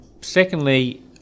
Secondly